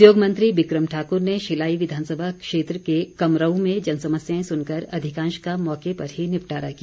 उद्योग मंत्री बिक्रम ठाकुर ने शिलाई विधानसभा क्षेत्र के कमरऊ में जनसमस्याएं सुनकर अधिकांश का मौके पर ही निपटरा किया